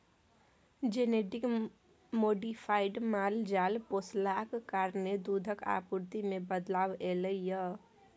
genetic modified माल जाल पोसलाक कारणेँ दुधक आपुर्ति मे बदलाव एलय यै